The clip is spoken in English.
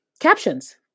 captions